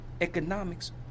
economics